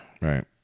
Right